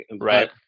Right